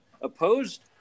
Opposed